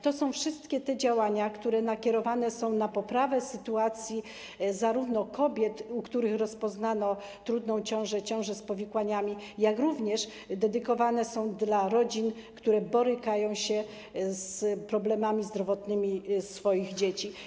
To są wszystkie działania, które nakierowane są na poprawę sytuacji zarówno kobiet, u których rozpoznano trudną ciążę, ciążę z powikłaniami, jak i kierowane są do rodzin, które borykają się z problemami zdrowotnymi swoich dzieci.